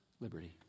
liberty